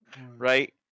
Right